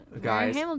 Guys